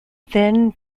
thin